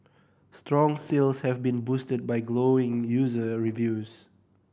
strong sales have been boosted by glowing user reviews